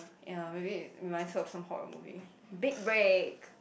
ya maybe it reminds her of some horror movie big break